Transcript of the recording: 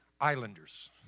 Islanders